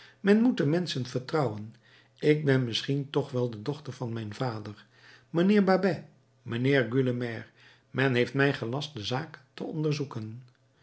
moet de menschen vertrouwen ik ben misschien toch wel de dochter van mijn vader mijnheer babet mijnheer gueulemer men heeft mij gelast de zaak te onderzoeken